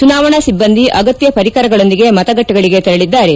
ಚುನಾವಣಾ ಸಿಬ್ಲಂದಿ ಅಗತ್ಯ ಪರಿಕರಗಳೊಂದಿಗೆ ಮತಗಳ್ಲೆಗಳಿಗೆ ತೆರಳಿದ್ದಾರೆ